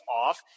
off